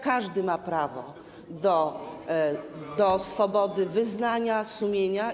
Każdy ma prawo do swobody wyznania, sumienia.